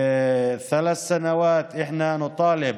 שלוש שנים, אנו דורשים